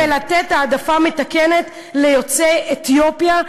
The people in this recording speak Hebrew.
ולתת העדפה מתקנת ליוצאי אתיופיה,